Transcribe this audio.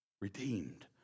Redeemed